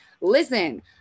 listen